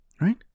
Right